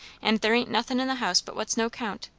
and there ain't nothin' in the house but what's no count.